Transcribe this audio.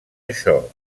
això